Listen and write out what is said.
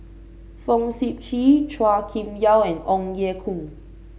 Fong Sip Chee Chua Kim Yeow and Ong Ye Kung